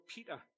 Peter